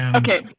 and okay,